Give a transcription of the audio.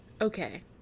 Okay